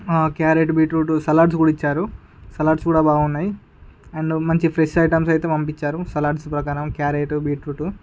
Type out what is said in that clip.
carrot beetroot salads కూడా ఇచ్చారు salads కూడా చాలా బాగున్నాయి అండ్ మంచి ఫ్రెష్ ఐటమ్స్ అయితే పంపించారు సలాడ్స్ ప్రకారం క్యారెట్ బీట్రూట్